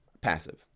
passive